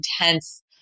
intense